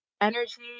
energy